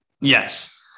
Yes